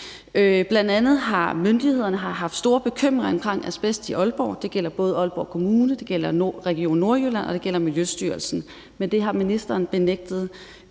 Bl.a. har myndighederne haft store bekymringer om asbest i Aalborg – det gælder både Aalborg Kommune, det gælder Region Nordjylland, og det gælder Miljøstyrelsen – men det har ministeren benægtet.